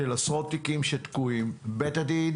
של עשרות תיקים שתקועים; בית הדין